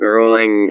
Rolling